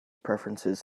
preferences